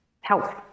health